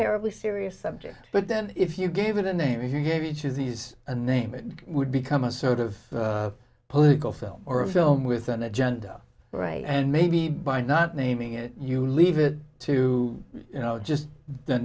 terribly serious subject but then if you gave it a name if you gave each of these a name it would become a sort of political film or a film with an agenda right and maybe by not naming it you leave it to you know just the